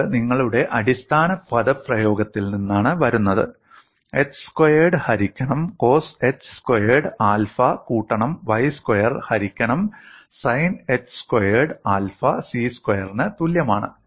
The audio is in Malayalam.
ഇത് നിങ്ങളുടെ അടിസ്ഥാന പദപ്രയോഗത്തിൽ നിന്നാണ് വരുന്നത് x സ്ക്വയേർഡ് ഹരിക്കണം കോസ് h സ്ക്വയർഡ് ആൽഫ കൂട്ടണം y സ്ക്വയർ ഹരിക്കണം sine h squared alpha C സ്ക്വയറിന് തുല്യമാണ്